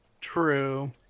True